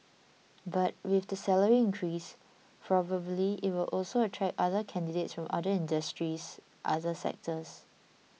but with the salary increase probably it will also attract other candidates from other industries other sectors